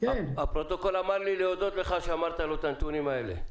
הפרוטוקול אמר לי להודות לך שאמרת לו את הנתונים האלה.